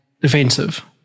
defensive